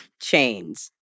chains